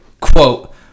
Quote